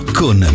con